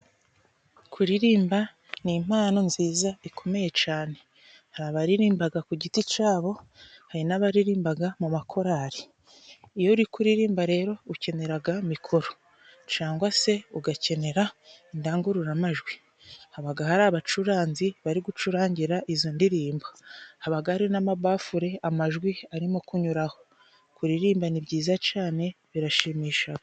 Kuririmba ni impano nziza ikomeye cane. Hari abaririmbaga ku giti cabo, hari n'abaririmbaga mu makorali. Iyo uri kuririmba rero ukeneraga mikoro cangwa se ugakenera indangururamajwi. Habaga hari abacuranzi bari gucurangira izo ndirimbo, habaga hari n'amabafure amajwi arimo kunyuraho. Kuririmba ni byiza cane birashimishaga.